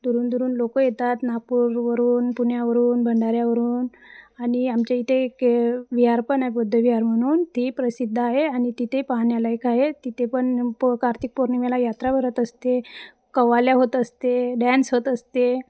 दुरुन दुरून लोक येतात नागपूरवरून पुण्यावरून भंडऱ्यावरून आणि आमच्या इथे के विहार पण आहे बुद्धविहार म्हणून ते ही प्रसिद्ध आहे आणि तिथे पाहण्यालायक आहे तिथे पण प कार्तिक पौर्णिमेला यात्रा भरत असते कवाल्या होत असते डॅन्स होत असते